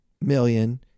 million